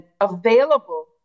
available